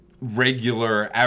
regular